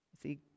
See